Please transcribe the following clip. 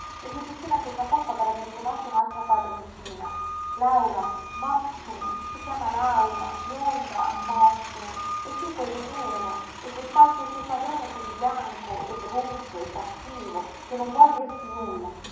e gli diceva che tra poco avrebbe trovato un'altra padroncina laura mopchen si chiama laura bionda mopchen e tu cosí nero e quest'altro tuo padrone cosí bianco e brutto e cattivo che non vuol dirti nulla